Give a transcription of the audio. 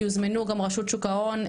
יוזמנו רשות שוק ההון,